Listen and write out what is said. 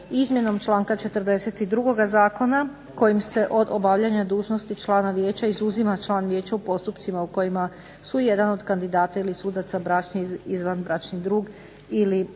Izmjenom članka 42. zakona kojim se od obavljanja dužnosti člana vijeća izuzima član vijeća u postupcima u kojima su jedan od kandidata ili sudaca bračni ili izvanbračni drug ili